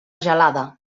gelada